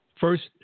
First